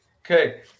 Okay